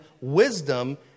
wisdom